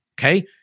Okay